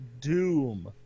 Doom